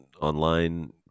online